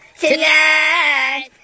tonight